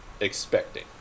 expecting